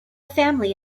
family